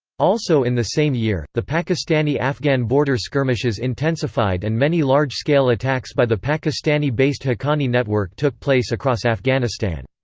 also in the same year, the pakistani-afghan border skirmishes intensified and many large scale attacks by the pakistani-based haqqani network took place across afghanistan.